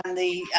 and the